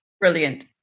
Brilliant